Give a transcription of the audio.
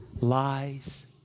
Lies